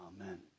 Amen